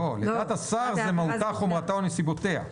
לדעת השר זה מהותה, חומרתה או נסיבותיה.